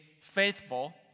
faithful